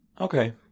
Okay